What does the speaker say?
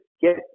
get